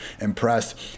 impressed